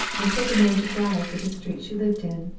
and told the man to drive to the street she lived in,